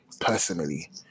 personally